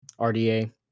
RDA